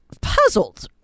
puzzled